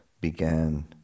began